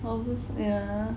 well yeah